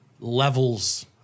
levels